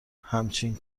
همچین